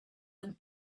and